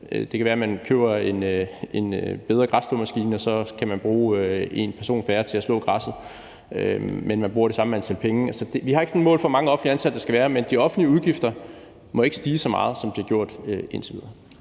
Det kan være, man køber en bedre græsslåmaskine og så skal bruge en person mindre til at slå græsset, men man bruger den samme mængde penge. Vi har ikke sådan et mål for, hvor mange offentligt ansatte der skal være, men de offentlige udgifter må ikke stige så meget, som de har gjort gennem tiden.